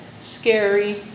scary